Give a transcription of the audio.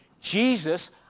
Jesus